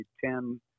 ten